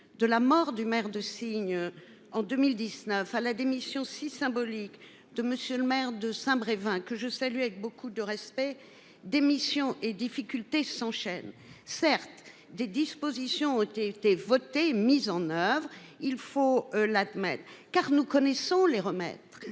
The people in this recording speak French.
de la mort du maire de signes en 2019 à la démission si symbolique de monsieur le maire de Saint-Brévin que je salue avec beaucoup de respect. Démission et difficultés s'enchaînent, certes, des dispositions ont été votées mise en oeuvre, il faut l'Atmen car nous connaissons les remettre